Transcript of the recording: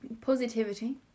positivity